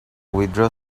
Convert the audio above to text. withdraw